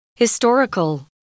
Historical